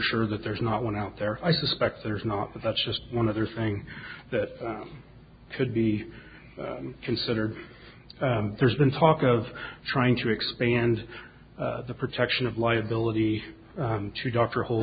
sure that there's not one out there i suspect there's not that that's just one other thing that could be considered there's been talk of trying to expand the protection of liability to dr hol